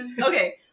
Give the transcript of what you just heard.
okay